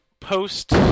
Post-